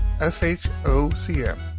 S-H-O-C-M